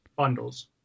Bundles